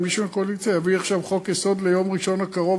אם מישהו מהקואליציה יביא עכשיו חוק-יסוד ליום ראשון הקרוב,